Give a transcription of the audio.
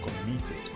committed